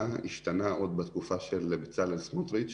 השתנה עוד בתקופה של בצלאל סמוטריץ',